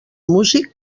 músic